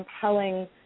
compelling